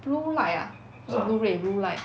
blue light ah 还是 blue ray blue light